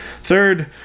Third